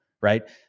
right